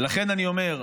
ולכן אני אומר: